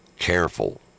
Careful